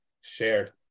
shared